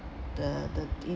the the